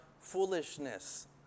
foolishness